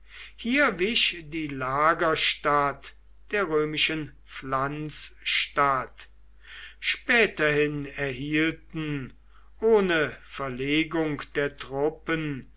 hier wich die lagerstadt der römischen pflanzstadt späterhin erhielten ohne verlegung der truppen